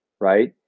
right